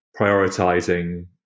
prioritizing